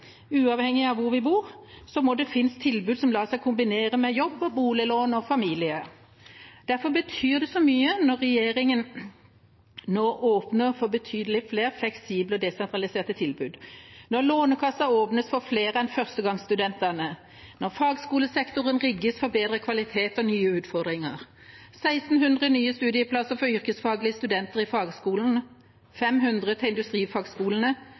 uavhengig av hvor vi bor, må det finnes tilbud som lar seg kombinere med jobb, boliglån og familie. Derfor betyr det så mye når regjeringa nå åpner for betydelig flere fleksible og desentraliserte tilbud. Når Lånekassa åpnes for flere enn førstegangsstudentene, når fagskolesektoren rigges for bedre kvalitet og nye utfordringer, med 1 600 nye studieplasser for yrkesfagstudenter i fagskolene og 500 i industrifagskolene